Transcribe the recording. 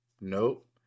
nope